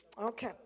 Okay